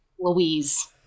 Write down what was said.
Louise